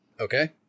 Okay